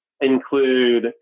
include